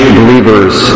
believers